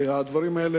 והדברים האלה,